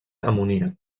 amoníac